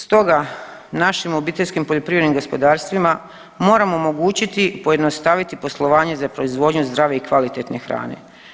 Stoga našim obiteljskim poljoprivrednim gospodarstvima moramo omogućiti pojednostaviti poslovanje za proizvodnju zdrave i kvalitetne hrane.